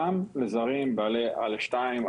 גם לזרים בעלי א.2,